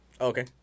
Okay